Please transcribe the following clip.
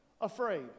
afraid